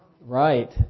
Right